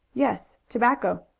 yes, tobacco.